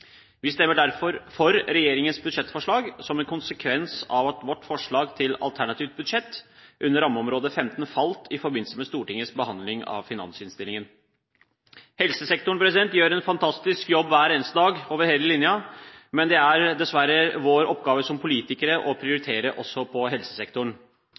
Vi stemmer derfor for regjeringens budsjettforslag som en konsekvens av at vårt forslag til alternativt budsjett under rammeområde 15 falt i forbindelse med Stortingets behandling av finansinnstillingen. Helsesektoren gjør en fantastisk jobb hver eneste dag over hele linjen, men det er dessverre vår oppgave som politikere å prioritere også på helsesektoren.